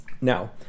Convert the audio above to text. Now